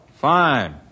Fine